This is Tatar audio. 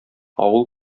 авыл